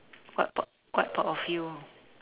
what part what part of you